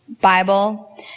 Bible